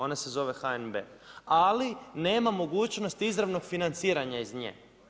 Ona se zove HNB, ali nema mogućnost izravnog financiranja iz nje.